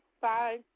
Bye